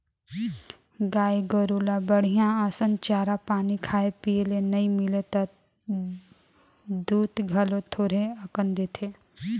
गाय गोरु ल बड़िहा असन चारा पानी खाए पिए ले नइ मिलय त दूद घलो थोरहें अकन देथे